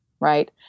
Right